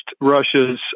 Russia's